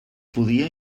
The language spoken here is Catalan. podia